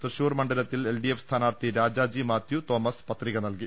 തൃശൂർ മണ്ഡലത്തിൽ L D F സ്ഥാനാർത്ഥി രാജാജി മാത്യൂ തോമസ് പത്രിക നൽകി